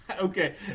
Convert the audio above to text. Okay